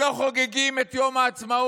שלא חוגגים את יום העצמאות,